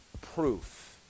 proof